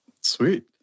Sweet